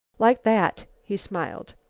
like that, he smiled.